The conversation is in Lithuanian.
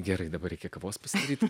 gerai dabar reikia kavos pasidaryti